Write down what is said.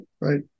Right